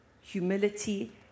humility